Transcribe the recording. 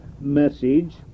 message